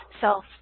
self